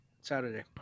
Saturday